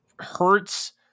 hurts